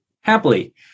Happily